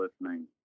listening